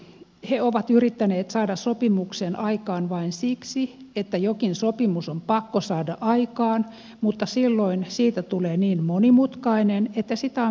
he ovat yrittäneet saada sopimuksen aikaan vain siksi että jokin sopimus on pakko saada aikaan mutta silloin siitä tulee niin monimutkainen että sitä on mahdoton toteuttaa